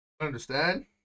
Understand